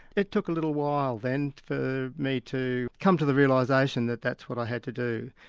it took a little while then for me to come to the realisation that that's what i had to do.